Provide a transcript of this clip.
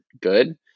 good